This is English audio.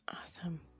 Awesome